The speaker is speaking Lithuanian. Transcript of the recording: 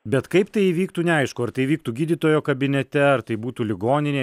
bet kaip tai įvyktų neaišku ar tai vyktų gydytojo kabinete ar tai būtų ligoninėj